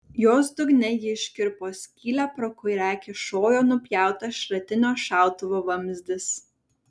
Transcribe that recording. jos dugne ji iškirpo skylę pro kurią kyšojo nupjautas šratinio šautuvo vamzdis